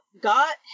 got